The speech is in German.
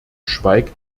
schweigt